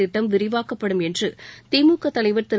திட்டம் விரிவாக்கப்படும் என்று திமுக தலைவர் திரு